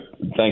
thank